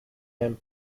him